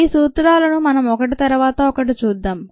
ఆ సూత్రాలను మనం ఒకటి తర్వాత ఒకటి చూద్దాం